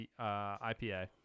IPA